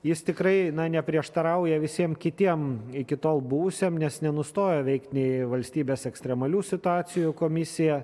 jis tikrai neprieštarauja visiem kitiem iki tol buvusiem nes nenustojo veikt nei valstybės ekstremalių situacijų komisija